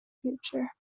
future